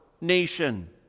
nation